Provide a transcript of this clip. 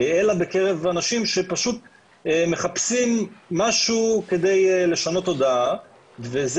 אלא בקרב אנשים שמחפשים משהו כדי לשנות תודעה וזה